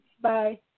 Bye